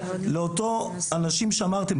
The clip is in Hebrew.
לאותם אנשים שאמרתי,